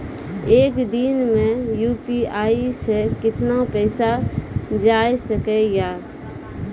एक दिन मे यु.पी.आई से कितना पैसा जाय सके या?